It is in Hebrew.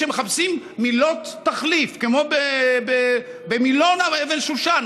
שמחפשים מילות תחליף כמו במילון אבן שושן.